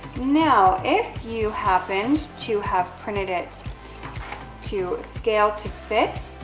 now, if you happened to have printed it to scale to fit,